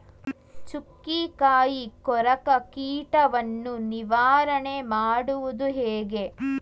ಚುಕ್ಕಿಕಾಯಿ ಕೊರಕ ಕೀಟವನ್ನು ನಿವಾರಣೆ ಮಾಡುವುದು ಹೇಗೆ?